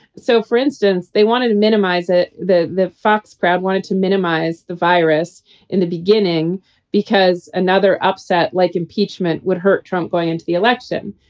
so, for instance, they wanted to minimize it. the the fox crowd wanted to minimize the virus in the beginning because another upset like impeachment would hurt trump going into the election.